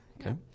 Okay